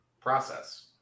process